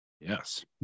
Yes